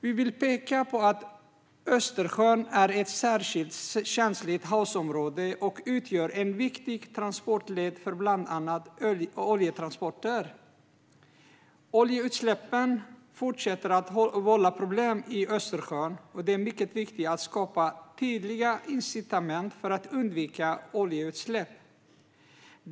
Vi vill peka på att Östersjön är ett särskilt känsligt havsområde och utgör en viktig transportled för bland annat oljetransporter. Oljeutsläppen fortsätter att vålla problem i Östersjön, och det är mycket viktigt att skapa tydliga incitament för att undvika oljeutsläpp.